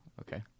Okay